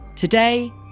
Today